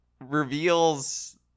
reveals